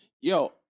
Yo